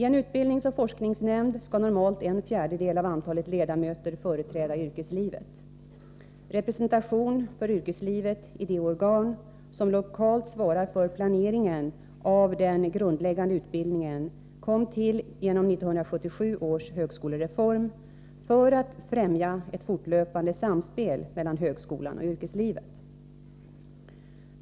Ten utbildningsoch forskningsnämnd skall normalt en fjärdedel av antalet ledamöter företräda yrkeslivet. Representationen för yrkeslivet i de organ som lokalt svarar för planeringen av den grundläggande utbildningen kom till genom 1977 års högskolereform, för att främja ett fortlöpande samspel mellan högskolan och yrkeslivet.